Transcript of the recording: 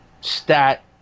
stat